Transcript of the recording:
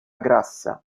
grassa